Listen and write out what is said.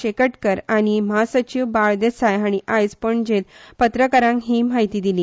शेकटकर आनी म्हासचीव बाळ देसाय हाणी आयज पणजेत पत्रकारांक ही म्हायती दिली